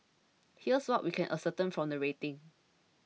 here's what we can ascertain from the rating